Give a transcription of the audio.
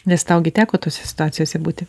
nes tau gi teko tose situacijose būti